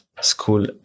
school